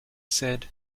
said